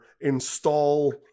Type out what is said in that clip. install